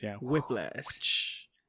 Whiplash